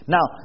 Now